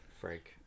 Frank